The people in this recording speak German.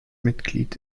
mitglied